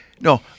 no